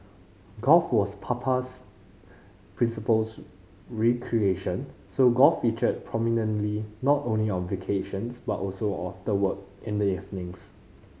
golf was Papa's principals recreation so golf featured prominently not only on vacations but also after work in the evenings